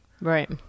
Right